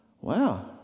Wow